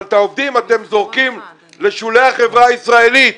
אבל את העובדים אתם זורקים לשולי החברה הישראלית.